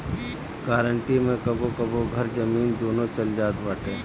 guarantee मे कबो कबो घर, जमीन, दूनो चल जात बाटे